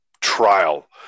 trial